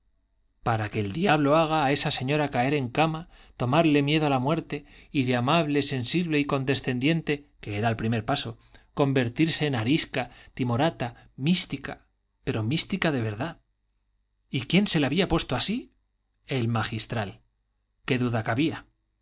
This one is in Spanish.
para que el diablo haga a esa señora caer en cama tomarle miedo a la muerte y de amable sensible y condescendiente que era el primer paso convertirse en arisca timorata mística pero mística de verdad y quién se la había puesto así el magistral qué duda cabía